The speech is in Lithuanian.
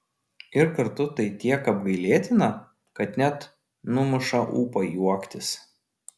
ir kartu tai tiek apgailėtina kad net numuša ūpą juoktis